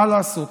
מה לעשות.